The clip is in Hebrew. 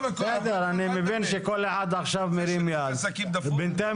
אני מבין שכל אחד מרים יד אבל בינתיים